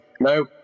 no